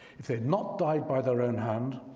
if they had not died by their own hand,